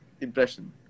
impression